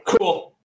Cool